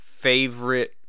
favorite